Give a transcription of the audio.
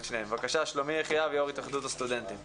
בבקשה, שלומי יחיאב, יושב ראש התאחדות הסטודנטים.